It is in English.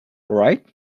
right